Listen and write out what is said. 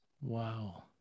Wow